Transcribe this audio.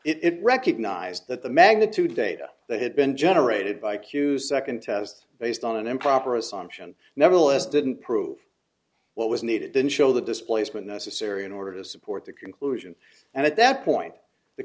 it recognized that the magnitude data that had been generated by q second test based on an improper assumption nevertheless didn't prove what was needed then show the displacement necessary in order to support the conclusion and at that point the